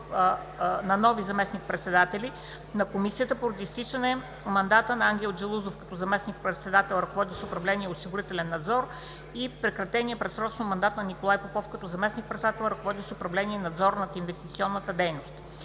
на нови заместник-председатели на Комисията за финансов надзор поради изтичането на мандата на Ангел Джалъзов като заместник-председател, ръководещ управление „Осигурителен надзор“, и прекратения предсрочно мандат на Николай Попов като заместник-председател, ръководещ управление „Надзор на инвестиционната дейност“.